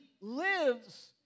lives